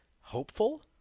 hopeful